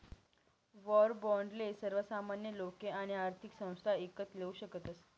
war बाॅन्डले सर्वसामान्य लोके आणि आर्थिक संस्था ईकत लेवू शकतस